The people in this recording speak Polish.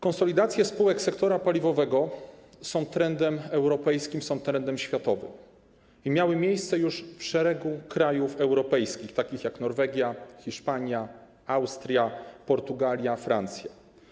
Konsolidacje spółek sektora paliwowego są trendem europejskim, są trendem światowym i miały miejsce już w szeregu krajów europejskich, takich jak Norwegia, Hiszpania, Austria, Portugalia, Francja.